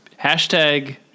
Hashtag